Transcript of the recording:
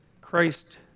Christ